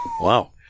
Wow